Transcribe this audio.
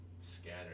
scattered